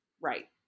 Right